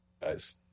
guys